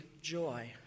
joy